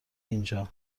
اینجا